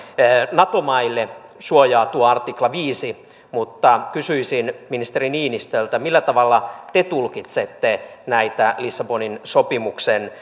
nato maille suojaa tuo artikla viisi mutta kysyisin ministeri niinistöltä millä tavalla te tulkitsette näitä lissabonin sopimuksen